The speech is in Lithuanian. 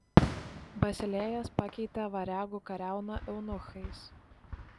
basilėjas pakeitė variagų kariauną eunuchais